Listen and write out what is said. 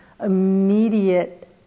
immediate